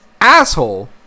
asshole